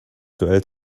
duell